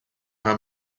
her